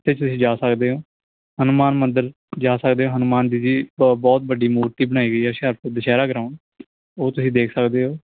ਇੱਥੇ ਤੁਸੀਂ ਜਾ ਸਕਦੇ ਹੋ ਹਨੂੰਮਾਨ ਮੰਦਰ ਜਾ ਸਕਦੇ ਹੋ ਹਨੂੰਮਾਨ ਜੀ ਦੀ ਬਹੁ ਬਹੁਤ ਵੱਡੀ ਮੂਰਤੀ ਬਣਾਈ ਹੋਈ ਆ ਹੁਸ਼ਿਆਰਪੁਰ ਦੁਸਹਿਰਾ ਗਰਾਉਂਡ ਉਹ ਤੁਸੀਂ ਦੇਖ ਸਕਦੇ ਹੋ